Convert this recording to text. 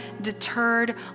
deterred